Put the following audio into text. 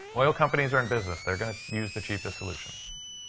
oil companies are in business. they're going to use the cheapest solution.